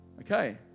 Okay